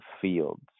fields